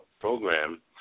program